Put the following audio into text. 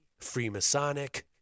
Freemasonic